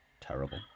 terrible